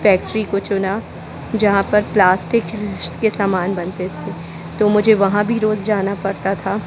factory को चुना जहाँ पर प्लास्टिक के सामान बनते थे तो मुझे वहाँ भी रोज़ जाना पड़ता था